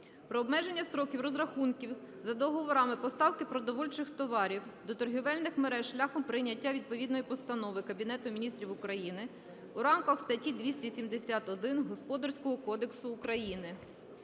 про обмеження строків розрахунків за договорами поставки продовольчих товарів до торгівельних мереж шляхом прийняття відповідної постанови Кабінету Міністрів України в рамках статті 271 Господарського кодексу України.